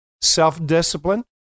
Self-discipline